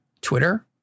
Twitter